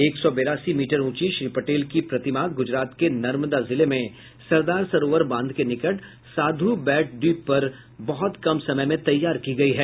एक सौ बेरासी मीटर ऊंची श्री पटेल की प्रतिमा गुजरात के नर्मदा जिले में सरदार सरोवर बांध के निकट साधू बैट द्वीप पर बहुत कम समय में तैयार की गई है